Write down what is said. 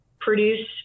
produce